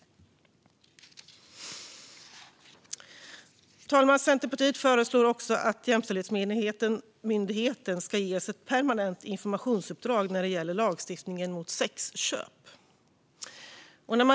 Fru talman! Centerpartiet föreslår också att Jämställdhetsmyndigheten ska ges ett permanent informationsuppdrag när det gäller lagstiftningen mot sexköp.